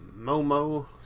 momo